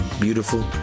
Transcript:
beautiful